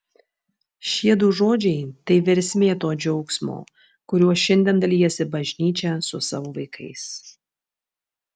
šie du žodžiai tai versmė to džiaugsmo kuriuo šiandien dalijasi bažnyčia su savo vaikais